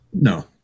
No